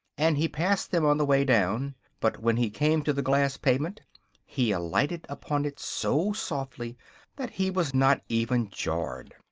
and he passed them on the way down but when he came to the glass pavement he alighted upon it so softly that he was not even jarred.